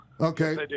Okay